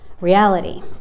reality